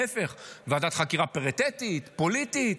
להפך, ועדת חקירה פריטטית, פוליטית.